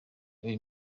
uyu